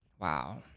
Wow